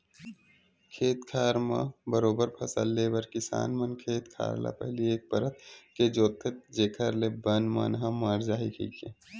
खेत खार म बरोबर फसल ले बर किसान मन खेत खार ल पहिली एक परत के जोंतथे जेखर ले बन मन ह मर जाही कहिके